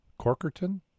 Corkerton